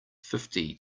fifty